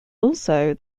also